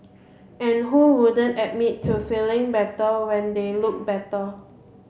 and who wouldn't admit to feeling better when they look better